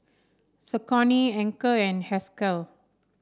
Saucony Anchor and Herschel